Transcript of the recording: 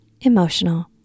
emotional